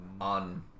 on